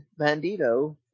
Bandito